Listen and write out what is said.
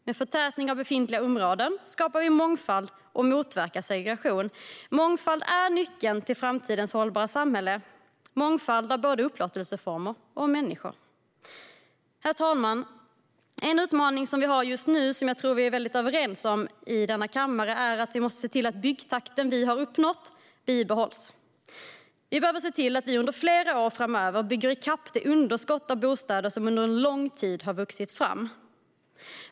Med en förtätning av befintliga områden skapar vi mångfald och motverkar segregation. Mångfald är nyckeln till framtidens hållbara samhälle - mångfald av både upplåtelseformer och människor. Herr talman! En utmaning som vi har just nu, som jag tror att vi är helt överens om i denna kammare, är att vi måste se till att den byggtakt vi har uppnått bibehålls. Vi behöver under flera år framöver bygga i kapp det underskott av bostäder som under en lång tid har vuxit fram.